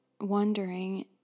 wondering